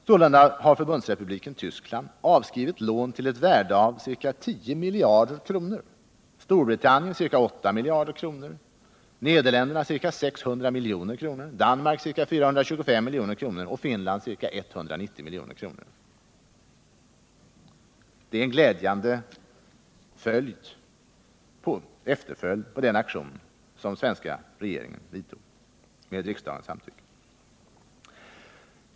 Sålunda har Förbundsrepubliken Tyskland avskrivit lån till ett värde av ca 10 miljarder kronor, Storbritannien ca 8 miljarder kronor, Nederländerna ca 600 milj.kr., Danmark ca 425 milj.kr. och Finland ca 190 milj.kr. Det är en glädjande efterföljd på en aktion som den svenska regeringen vidtog med riksdagens samtycke.